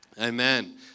amen